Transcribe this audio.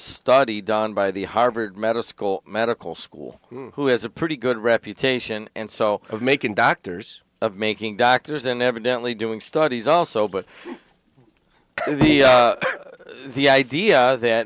study done by the harvard medical school medical school who has a pretty good reputation and so of making doctors of making doctors and evidently doing studies also but the the idea that